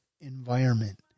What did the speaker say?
environment